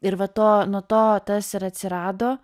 ir va to nuo to tas ir atsirado